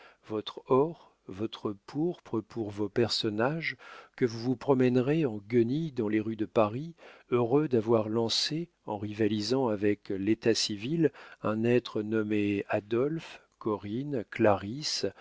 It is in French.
votre or votre pourpre pour vos personnages que vous vous promènerez en guenilles dans les rues de paris heureux d'avoir lancé en rivalisant avec l'état civil un être nommé adolphe corinne